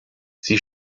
sie